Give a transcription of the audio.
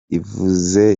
ivuze